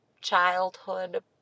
childhood